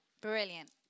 Brilliant